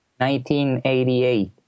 1988